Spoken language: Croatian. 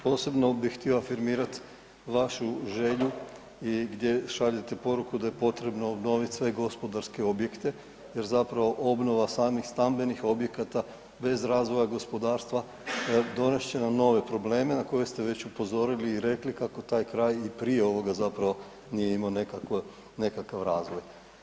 Posebno bi htio afirmirati vašu želju i gdje šaljete poruku da je potrebno obnoviti sve gospodarske objekte jer zapravo obnova samih stambenih objekata bez razvoja gospodarstva donest će nam nove probleme na koje ste već upozorili i rekli kako taj kraj i prije ovoga zapravo nije imamo nekakvo, nekakav razvoj.